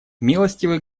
милостивый